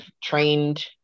trained